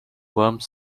worms